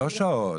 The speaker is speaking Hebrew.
לא שעות.